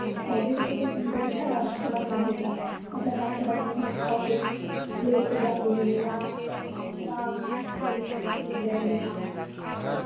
Friday Saturday Sunday में ना रस थोड़ा कम होता है मतलब आपके हस्बैंड ऑफिस लेट से जाते होंगे या आप काम लेट से करेंगे हाँ